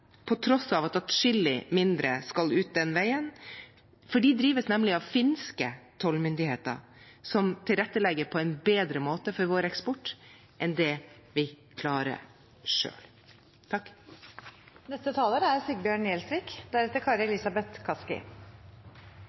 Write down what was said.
på tross av at atskillig færre skal ut den veien – for de drives nemlig av finske tollmyndigheter, som tilrettelegger for vår eksport på en bedre måte